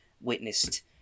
witnessed